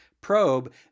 probe